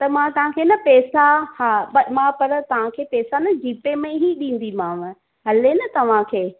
त मां तव्हांखे न पैसा हा मां पर तव्हांखे पैसा न जी पे में ई ॾींदीमांव हले न तव्हांखे